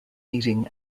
meeting